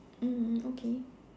mm okay